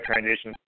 transition